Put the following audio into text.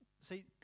See